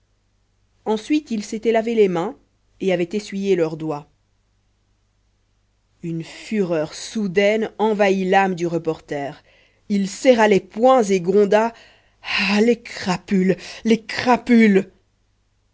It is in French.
ensuite ils s'étaient lavé les mains et avaient essuyé leurs doigts une fureur soudaine envahit l'âme du reporter il serra les poings et gronda ah les crapules les